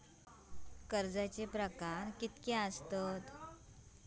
कर्जाचे प्रकार कीती असतत?